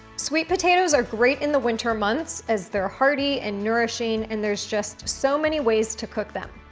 sweet potatoes are great in the winter months as they're hearty and nourishing and there's just so many ways to cook them.